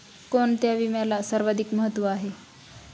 कोणता विम्याला सर्वाधिक महत्व आहे?